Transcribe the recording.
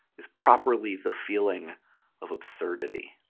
is properly the feeling of absurdity,